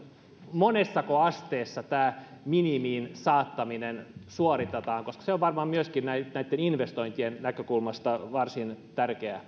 monessako asteessa tämä minimiin saattaminen suoritetaan se on varmaan myöskin näitten investointien näkökulmasta varsin tärkeä